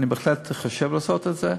אני רואה מה עושה רוסיה,